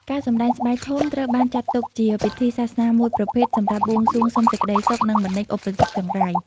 ការសម្ដែងស្បែកធំត្រូវបានចាត់ទុកជាពិធីសាសនាមួយប្រភេទសម្រាប់បួងសួងសុំសេចក្ដីសុខ និងបណ្ដេញឧបទ្រពចង្រៃ។